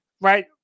Right